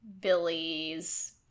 Billy's